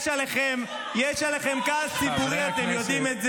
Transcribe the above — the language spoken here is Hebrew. יש עליכם כעס ציבורי, אתם יודעים.